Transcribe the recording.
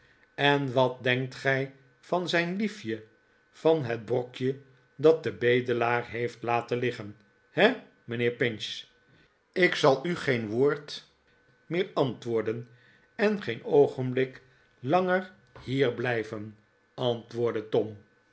en wat denkt gij van zijn liefje van het brokje dat de bedelaar heeft laten liggen he mijnheer pinch ik zal u geen woord meer antwoorden en geen bogenblik langer hier blijven antwoordde tom